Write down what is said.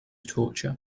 torture